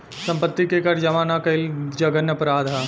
सम्पत्ति के कर जामा ना कईल जघन्य अपराध ह